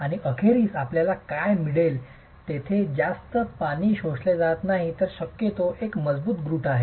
आणि अखेरीस आपल्याला काय मिळेल तेथे जास्त पाणी शोषले नाही तर शक्यतो एक मजबूत ग्रूट आहे